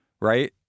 right